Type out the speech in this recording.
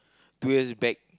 two years back